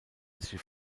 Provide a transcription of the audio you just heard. sich